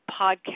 podcast